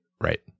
right